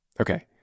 Okay